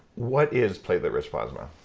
what is platelet-rich plasma?